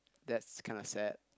that's kind of sad